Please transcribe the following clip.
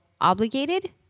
obligated